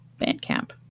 Bandcamp